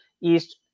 East